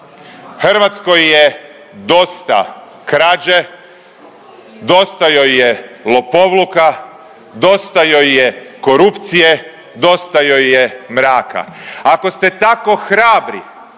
Hrvatskoj je dosta krađe, dosta joj je lopovluka, dosta joj je korupcije, dosta joj je mraka. Ako ste tako hrabri